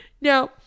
Now